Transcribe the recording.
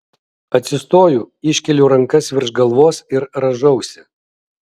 atsistoju iškeliu rankas virš galvos ir rąžausi